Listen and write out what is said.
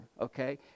Okay